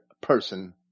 person